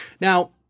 Now